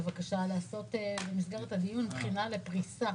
בבקשה לעשות במסגרת הדיון בחינה לפריסה.